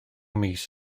mis